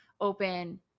open